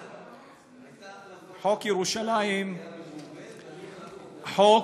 חוק ירושלים הוא חוק,